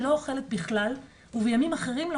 הילדה שלא אוכלת בכלל ובימים אחרים לא